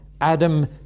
Adam